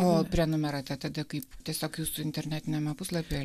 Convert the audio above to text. o prenumerata tada kaip tiesiog jūsų internetiniame puslapyje